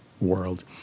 world